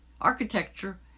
architecture